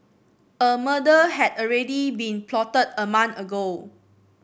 a murder had already been plotted a month ago